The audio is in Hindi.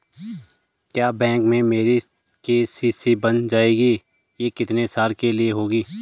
क्या बैंक में मेरी के.सी.सी बन जाएगी ये कितने साल के लिए होगी?